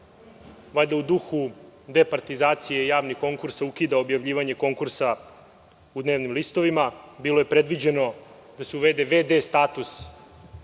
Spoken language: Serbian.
njima u duhu departizacije javnih konkursa ukida objavljivanje konkursa u dnevnim listovima i bilo je predviđeno da se uvede vd status